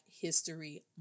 History